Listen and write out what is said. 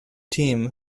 team